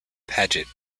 paget